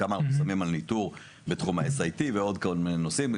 כמה אנחנו שמים על ניטור בתחום ה-SIT ועוד כל מיני נושאים.